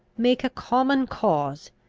make a common cause,